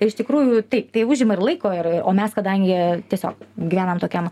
iš tikrųjų taip tai užima ir laiko ir o mes kadangi tiesiog gyvenam tokiam